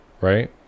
right